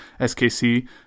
SKC